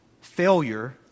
Failure